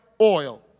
oil